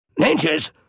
ninjas